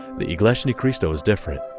the iglesia ni cristo is different.